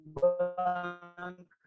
bank